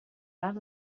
that